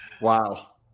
Wow